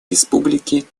республики